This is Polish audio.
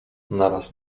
naraz